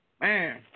Man